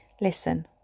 Listen